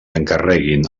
encarreguin